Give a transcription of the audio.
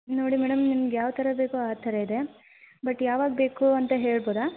ಇಲ್ಲಿ ನೋಡಿ ಮೇಡಮ್ ನಿಮ್ಗೆ ಯಾವ ಥರ ಬೇಕೋ ಆ ಥರ ಇದೆ ಬಟ್ ಯಾವಾಗ ಬೇಕು ಅಂತ ಹೇಳ್ಬೌದಾ